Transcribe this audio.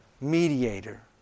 mediator